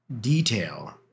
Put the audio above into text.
detail